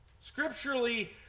Scripturally